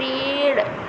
पेड़